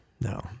No